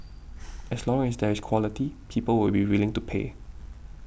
as long as there is quality people will be willing to pay